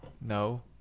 No